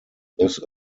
this